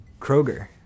Kroger